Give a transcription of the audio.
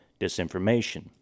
disinformation